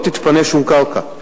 לא תתפנה שום קרקע,